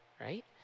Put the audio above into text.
right